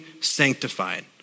sanctified